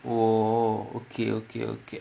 oh okay okay okay